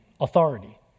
authority